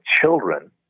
children